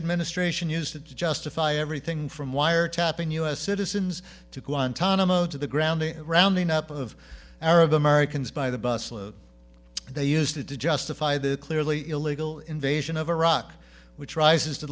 administration used to justify everything from wiretapping u s citizens to guantanamo to the grounding rounding up of arab americans by the bus load they used to justify their clearly illegal invasion of iraq which rises to